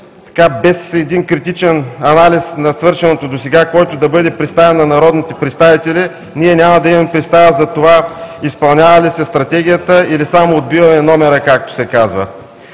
Без един критичен анализ на свършеното досега, който да бъде представен на народните представители, ние няма да имаме представа за това изпълнява ли се Стратегията, или само отбиваме номера, както се казва.